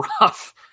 rough